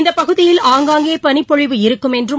இந்தப்பகுதியில ஆங்காங்கே பனிப்பொழிவு இருக்கும் என்றும்